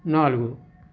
నాలుగు